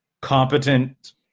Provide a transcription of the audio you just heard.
competent